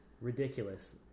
ridiculous